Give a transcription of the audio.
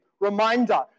Reminder